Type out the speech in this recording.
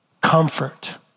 comfort